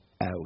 out